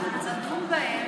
אנחנו נדון בהם,